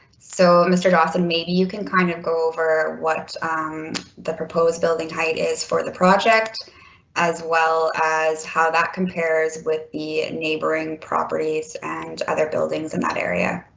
so mr. dawson maybe you can kind of go over what um the proposed building height is for the project as well as how that compares with the neighboring properties and other buildings in that area.